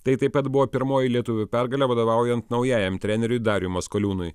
tai taip pat buvo pirmoji lietuvių pergalė vadovaujant naujajam treneriui dariui maskoliūnui